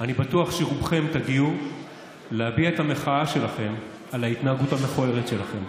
אני בטוח שרובכם תגיעו להביע את המחאה שלכם על ההתנהגות המכוערת שלכם.